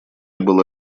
было